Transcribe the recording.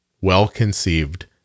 well-conceived